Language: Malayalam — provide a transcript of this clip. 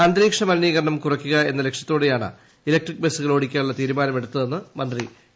അന്തരീക്ഷ മലിനീകരണം കുറയ്ക്കുക എന്ന ലക്ഷ്യത്തോടെയാണ് ഇലക്ട്രിക് ബസ്സുകൾ ഓടിക്കാനുള്ള തീരുമാനം എടുത്തതെന്ന മന്ത്രി എ